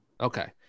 Okay